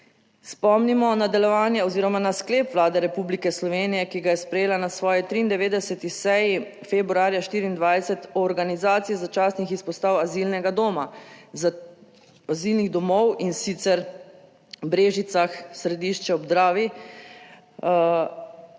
spomnimo na delovanje oziroma na sklep Vlade Republike Slovenije, ki ga je sprejela na svoji 93. seji, februarja 2024, o organizaciji začasnih izpostav azilnih domov in sicer v Brežicah, Središče ob Dravi,